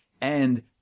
and-